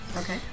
Okay